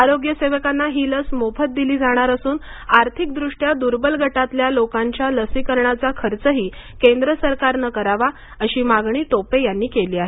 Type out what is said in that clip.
आरोग्य सेवकांना ही लस मोफत दिली जाणार असून आर्थिक दृष्ट्या दुर्बल गटातल्या लोकांच्या लसीकरणाचा खर्चही केंद्र सरकारनं करावा अशी मागणी टोपे यांनी केली आहे